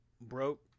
broke